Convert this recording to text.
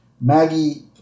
Maggie